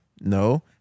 No